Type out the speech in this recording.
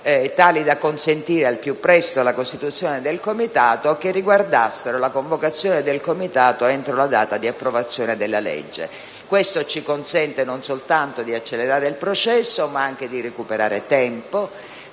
tale da consentire al più presto la costituzione del Comitato che riguardassero la convocazione dello stesso entro la data di approvazione della legge. Questo ci consente non soltanto di accelerare il processo, ma anche di recuperare tempo